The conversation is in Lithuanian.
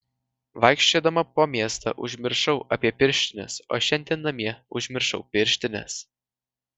vaikščiodama po miestą užmiršau apie pirštines o šiandien namie užmiršau pirštines